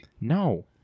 No